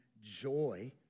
joy